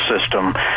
system